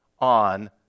on